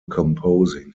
composing